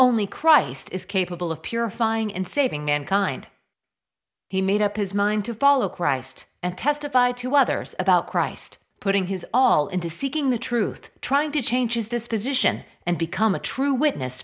only christ is capable of purifying and saving mankind he made up his mind to follow christ and testify to others about christ putting his all into seeking the truth trying to change his disposition and become a true witness